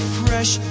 fresh